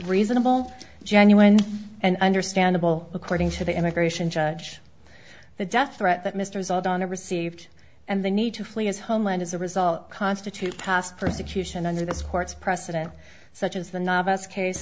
reasonable genuine and understandable according to the immigration judge the death threat that mr assad on a received and the need to flee his homeland as a result constitute past persecution under this court's precedent such as the novice case